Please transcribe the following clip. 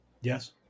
Yes